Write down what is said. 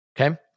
Okay